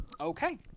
Okay